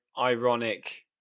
ironic